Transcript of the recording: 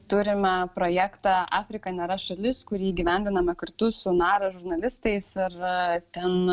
turime projektą afrika nėra šalis kurį įgyvendiname kartu su nara žurnalistais ir ten